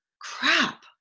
crap